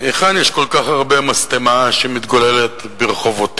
מהיכן יש כל כך הרבה משטמה שמתגוללת ברחובותינו?